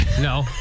No